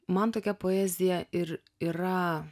man tokia poezija ir yra